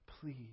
please